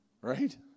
Right